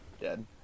dead